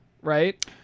right